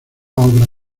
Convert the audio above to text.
obra